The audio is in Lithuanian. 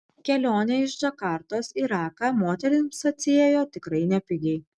kelionė iš džakartos į raką moterims atsiėjo tikrai nepigiai